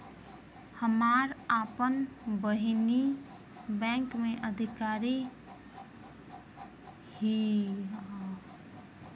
हमार आपन बहिनीई बैक में अधिकारी हिअ